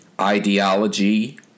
Ideology